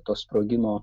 to sprogino